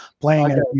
playing